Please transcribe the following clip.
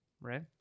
right